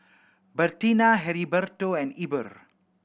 Bertina Heriberto and Eber